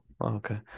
okay